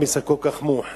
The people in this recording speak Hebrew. עם ישראל כל כך מאוחד,